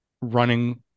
running